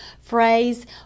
phrase